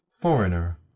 foreigner